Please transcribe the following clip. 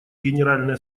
генеральной